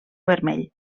vermell